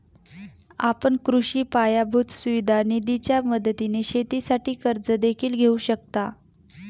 आपण कृषी पायाभूत सुविधा निधीच्या मदतीने शेतीसाठी कर्ज देखील घेऊ शकता